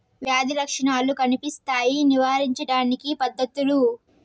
వ్యాధి లక్షణాలు కనిపిస్తాయి నివారించడానికి పద్ధతులు?